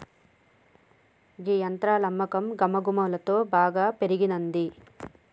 గీ యంత్రాల అమ్మకం గమగువలంతో బాగా పెరిగినంది